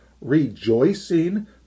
rejoicing